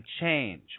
change